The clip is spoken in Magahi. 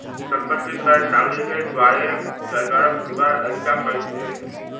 संपत्ति कर नागरिकेर द्वारे सरकारक दिबार एकता कर छिके